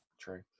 true